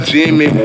Jimmy